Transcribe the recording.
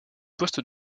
poste